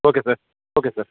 okay sir okay sir